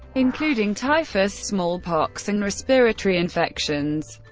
including typhus, smallpox and respiratory infections.